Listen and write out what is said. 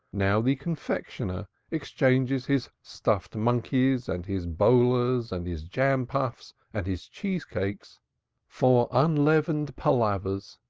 now the confectioner exchanges his stuffed monkeys, and his bolas and his jam-puffs, and his cheese-cakes for unleavened palavas,